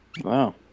Wow